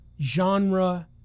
genre